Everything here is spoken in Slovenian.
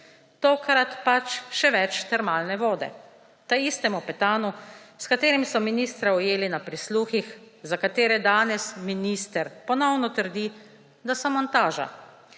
Tokrat pač še več termalne vode. Taistemu Petanu, s katerim so ministra ujeli na prisluhih, za katere danes minister ponovno trdi, da so montaža,